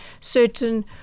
certain